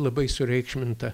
labai sureikšminta